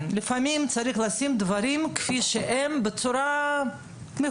לפעמים צריך לשים את הדברים כפי שהם בצורה מכוערת.